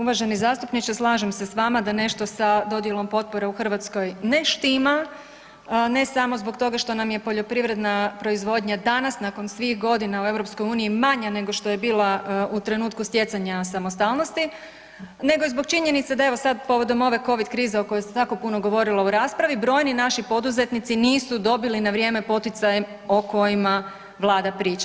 Uvaženi zastupniče, slažem se s vama da nešto sa dodjelom potpore u Hrvatskoj ne štima, ne samo zbog toga što nam je poljoprivredna proizvodnja danas nakon svih godina u EU manja nego što je bila u trenutku stjecanja samostalnosti nego i zbog činjenice da evo sad povodom ove covid krize o kojoj se jako puno govorilo u raspravi brojni naši poduzetnici nisu dobili na vrijeme poticaje o kojima vlada priča.